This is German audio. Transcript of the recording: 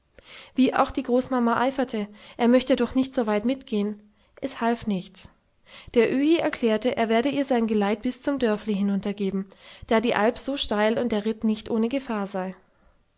wie auch die großmama eiferte er möchte doch nicht so weit mitgehen es half nichts der öhi erklärte er werde ihr sein geleit bis zum dörfli hinunter geben da die alp so steil und der ritt nicht ohne gefahr sei